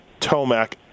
Tomac